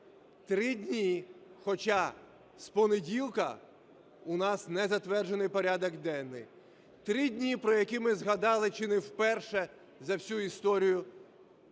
Три дні, хоча з понеділка у нас не затверджений порядок денний. Три дні, про які ми згадали чи не вперше за всю історію